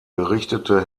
berichtete